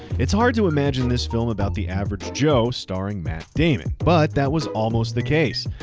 it's hard to imagine this film about the average joe starring matt damon, but that was almost the case.